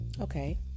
okay